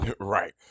right